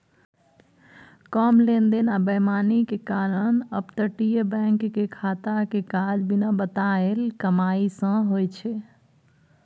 कम लेन देन आ बेईमानी के कारण अपतटीय बैंक के खाता के काज बिना बताएल कमाई सँ होइ छै